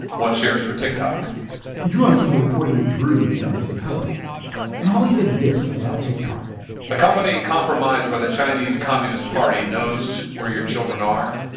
one shares for tick-tock he drew on some of the reporting that drew has done for the post and how he said this about tick-tock a company compromised by the chinese communist party knows where your children are,